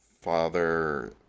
father